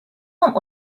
want